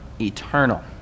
eternal